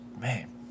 man